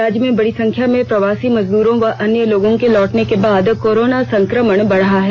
राज्य में बड़ी संख्या में प्रवासी मजदूरों व अन्य लोगों के लौटने के बाद कोरोना संक्रमण बढ़ा है